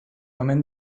omen